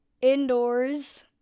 indoors